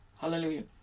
Hallelujah